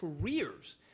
careers